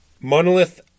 Monolith